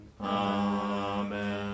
Amen